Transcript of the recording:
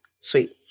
sweet